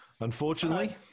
Unfortunately